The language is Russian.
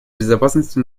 безопасности